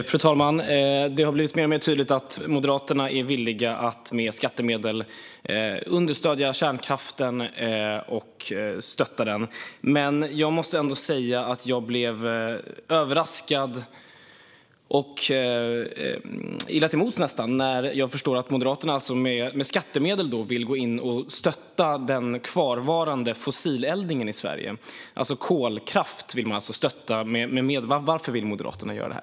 Fru talman! Det har blivit mer och mer tydligt att Moderaterna är villiga att med skattemedel understödja kärnkraften. Men jag måste ändå säga att jag blev överraskad och nästan illa till mods när jag förstod att Moderaterna med skattemedel vill gå in och stötta den kvarvarande fossileldningen i Sverige. Man vill alltså stötta kolkraft. Varför vill Moderaterna göra detta?